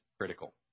critical